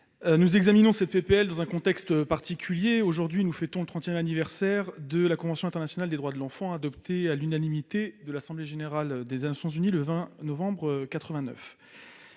Nous examinons cette proposition de loi dans un contexte particulier : aujourd'hui, nous fêtons le trentième anniversaire de la convention internationale des droits de l'enfant, adoptée à l'unanimité de l'assemblée générale des Nations unies le 20 novembre 1989.